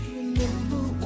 remember